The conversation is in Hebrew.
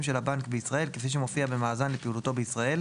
של הבנק בישראל כפי שמופיע במאזן לפעילותו בישראל